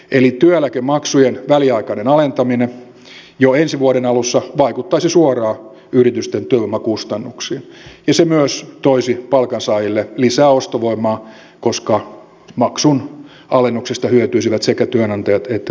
eli työeläkemaksujen väliaikainen alentaminen jo ensi vuoden alussa vaikuttaisi suoraan yritysten työvoimakustannuksiin ja se myös toisi palkansaajille lisää ostovoimaa koska maksun alennuksesta hyötyisivät sekä työnantajat että työntekijät